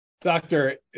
Doctor